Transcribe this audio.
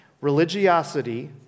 Religiosity